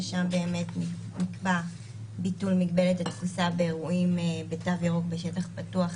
שם באמת נקבע ביטול מגבלת התפוסה באירועים בתו ירוק בשטח פתוח,